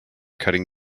cutting